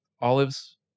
Olives